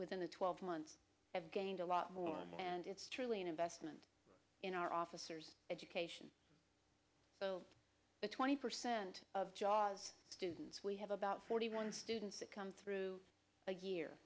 within the twelve months have gained a lot more and it's truly an investment in our officers education twenty percent of jobs students we have about forty one students that come through the year